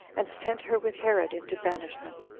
and sent her with herod into banishment,